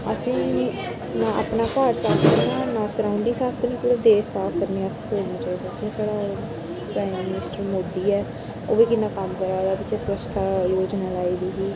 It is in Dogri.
असेंगी ना अपना घर साफ करना ना सरऊंडिगं साफ करना पूरा देस साफ करने आस्तै सोचना चाहिदा जेह्ड़ा साढ़ा प्राईम मिनीस्टर मोदी ऐ ओह् बी किन्ना कम्म करदा पिच्छै स्वच्छता जोजना लाई दी ही